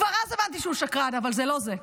כבר אז הבנתי שהוא שקרן, אבל זה לא זה.